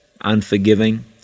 unforgiving